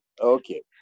okay